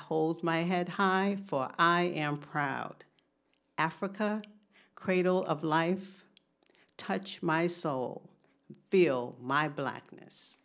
hold my head high for i am proud africa cradle of life touch my soul feel my blackness